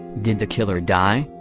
did the killer die?